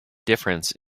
difference